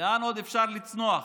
לאן עוד אפשר לצנוח.